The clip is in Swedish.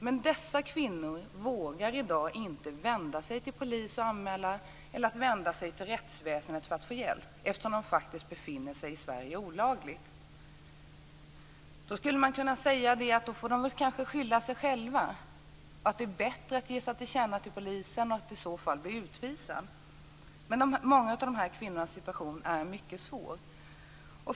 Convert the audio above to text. Men dessa kvinnor vågar i dag inte vända sig till polis för att göra en anmälan eller vända sig till rättsväsendet för att få hjälp, eftersom de faktiskt befinner sig olagligt i Sverige. Man skulle kunna säga att de kanske får skylla sig själva och att det är bättre att ge sig till känna hos polisen och i så fall bli utvisad. Men många av dessa kvinnors situation är mycket svår.